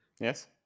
Yes